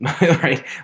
right